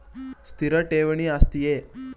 ಸ್ಥಿರ ಠೇವಣಿ ಆಸ್ತಿಯೇ?